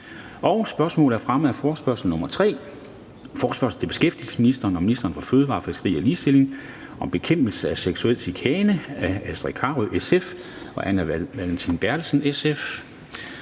3) Spørgsmål om fremme af forespørgsel nr. F 3: Forespørgsel til beskæftigelsesministeren og ministeren for fødevarer, fiskeri og ligestilling om bekæmpelse af seksuel chikane. Af Astrid Carøe (SF) og Anne Valentina Berthelsen (SF).